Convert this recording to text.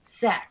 sex